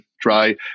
try